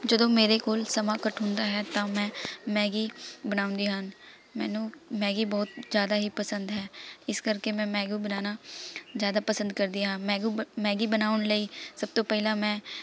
ਜਦੋਂ ਮੇਰੇ ਕੋਲ ਸਮਾਂ ਘੱਟ ਹੁੰਦਾ ਹੈ ਤਾਂ ਮੈਂ ਮੈਗੀ ਬਣਾਉਂਦੀ ਹਨ ਮੈਨੂੰ ਮੈਗੀ ਬਹੁਤ ਜ਼ਿਆਦਾ ਹੀ ਪਸੰਦ ਹੈ ਇਸ ਕਰਕੇ ਮੈਂ ਮੈਗੀ ਬਣਾਉਣਾ ਜ਼ਿਆਦਾ ਪਸੰਦ ਕਰਦੀ ਹਾਂ ਮੈਗੀ ਮੈਗੀ ਬ ਬਣਾਉਣ ਲਈ ਸਭ ਤੋਂ ਪਹਿਲਾਂ ਮੈਂ